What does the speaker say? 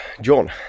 John